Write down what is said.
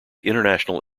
international